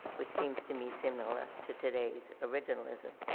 which seems to me similar to today's originalism.